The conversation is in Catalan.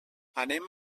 anem